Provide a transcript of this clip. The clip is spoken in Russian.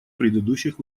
предыдущих